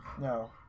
No